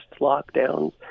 lockdowns